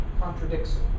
contradicts